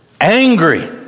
Angry